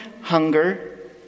hunger